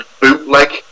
bootleg